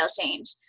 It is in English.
change